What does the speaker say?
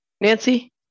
Nancy